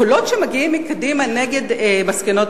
הקולות שמגיעים מקדימה נגד מסקנות